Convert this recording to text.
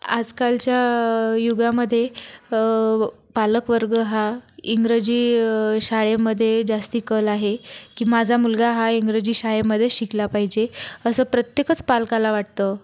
आजकालच्या युगामध्ये पालकवर्ग हा इंग्रजी शाळेमध्ये जास्त कल आहे की माझा मुलगा हा इंग्रजी शाळेमध्ये शिकला पाहिजे असं प्रत्येकच पालकाला वाटतं